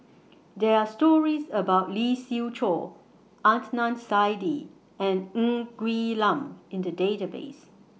There Are stories about Lee Siew Choh Adnan Saidi and Ng Quee Lam in The Database